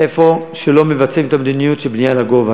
במקום שלא מבצעים את המדיניות של בנייה לגובה.